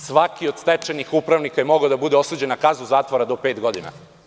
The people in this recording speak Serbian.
Svaki od stečajnih upravnika je mogao da bude osuđen na kaznu zatvora do pet godina.